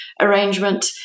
arrangement